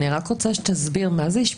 אני רק רוצה שתסביר מה זה אשפוז פסיכיאטרי.